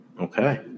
okay